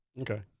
Okay